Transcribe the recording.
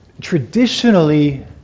traditionally